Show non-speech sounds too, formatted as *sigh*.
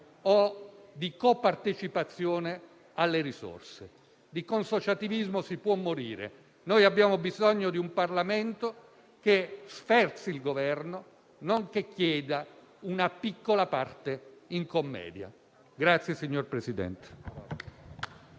o di copartecipazione alle risorse. Di consociativismo si può morire. Noi abbiamo bisogno di un Parlamento che sferzi il Governo e non che chieda una piccola parte in commedia. *applause* PRESIDENTE.